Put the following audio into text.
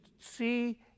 see